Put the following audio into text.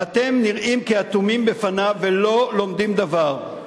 ואתם נראים כאטומים בפניו ולא לומדים דבר?